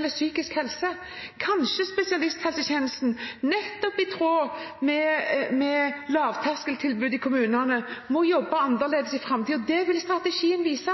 psykisk helse. Kanskje spesialisthelsetjenesten, nettopp i tråd med lavterskeltilbudet i kommunene, må jobbe annerledes i framtiden? Det vil strategien vise,